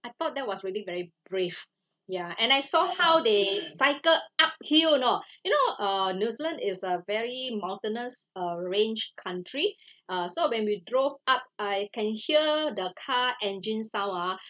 I thought that was really very brave ya and I saw how they cycle uphill you know you know uh new zealand is a very mountainous uh range country uh so when we drove up I can hear the car engine sound ah